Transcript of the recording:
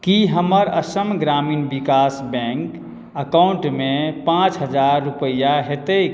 की हमर असम ग्रामीण विकास बैंक अकाउंटमे पाँच हजार रूपैआ हेतैक